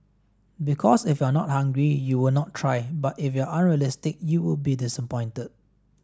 because if you are not hungry you would not try but if you are unrealistic you would be disappointed